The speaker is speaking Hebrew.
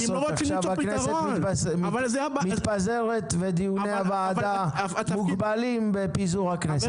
עכשיו הכנסת מתפזרת ודיוני הוועדה מוגבלים בפיזור הכנסת.